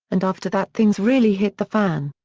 and after that things really hit the fan.